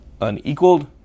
unequaled